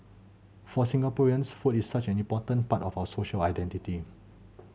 for Singaporeans food is such an important part of our social identity